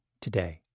today